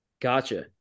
Gotcha